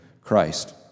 Christ